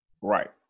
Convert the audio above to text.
Right